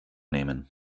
nehmen